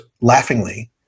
laughingly